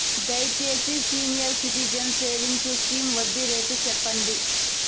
దయచేసి senior citizens savings scheme వడ్డీ rate సెప్పండి